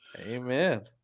Amen